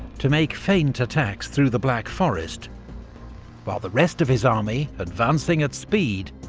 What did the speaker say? to make feint attacks through the black forest while the rest of his army, advancing at speed,